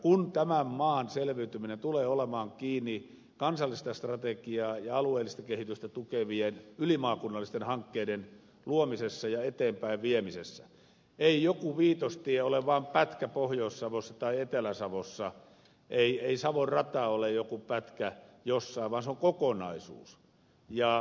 kun tämän maan selviytyminen tulee olemaan kiinni kansallista strategiaa ja alueellista kehitystä tukevien ylimaakunnallisten hankkeiden luomisessa ja eteenpäinviemisessä ei joku viitostie ole vain pätkä pohjois savossa tai etelä savossa ei savon rata ole joku pätkä jossain vaan se on kokonaisuus